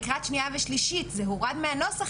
לקראת הקריאה השנייה והשלישית זה הורד מהנוסח